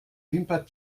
wimper